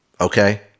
okay